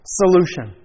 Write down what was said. solution